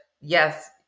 yes